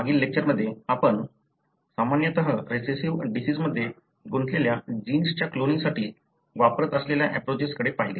मागील लेक्चरमध्ये आपण सामान्यतः रेसेसिव्ह डिसिजमध्ये गुंतलेल्या जीन्सच्या क्लोनिंगसाठी वापरत असलेल्या एप्रोचकडे पाहिले